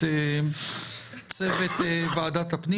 לגעת בכמה